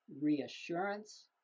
reassurance